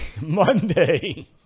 Monday